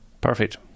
perfect